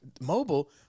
Mobile